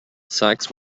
sykes